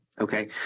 okay